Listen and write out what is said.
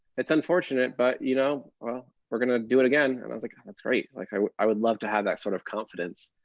it's unfortunate. but you know we're going to do it again. and i was like, and that's great. like i i would love to have that sort of confidence